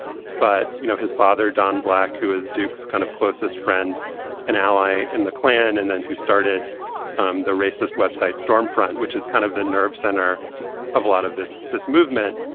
but you know, his father, don black, who is duke's kind of closest friend and ally in the clan, and then who started um the racist web site stormfront, which is kind of the nerve center of a lot of this this movement.